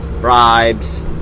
bribes